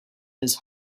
his